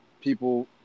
people